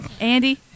Andy